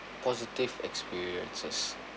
positive experiences